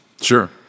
Sure